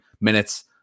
minutes